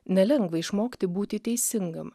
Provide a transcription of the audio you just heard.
nelengva išmokti būti teisingam